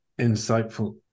insightful